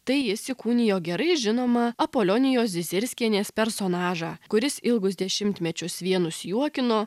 tai jis įkūnijo gerai žinomą apolionijos zizirskienės personažą kuris ilgus dešimtmečius vienus juokino